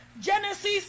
Genesis